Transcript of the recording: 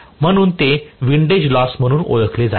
म्हणून ते windage loss म्हणून ओळखले जाते